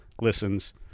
listens